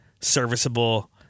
serviceable